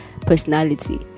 personality